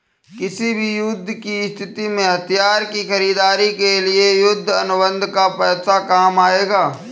किसी भी युद्ध की स्थिति में हथियार की खरीदारी के लिए युद्ध अनुबंध का पैसा काम आएगा